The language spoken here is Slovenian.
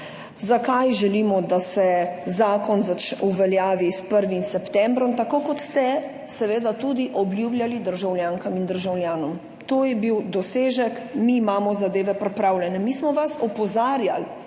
zakaj želimo, da se zakon uveljavi s 1. septembrom, tako kot ste seveda tudi obljubljali državljankam in državljanom. To je bil dosežek, mi imamo zadeve pripravljene. Mi smo vas opozarjali,